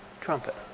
trumpet